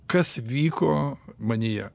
kas vyko manyje